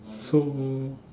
so